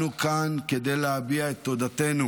אני כאן כדי להביע את תודתנו